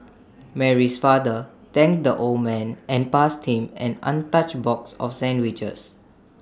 Mary's father thanked the old man and passed him an untouched box of sandwiches